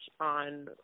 on